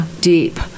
deep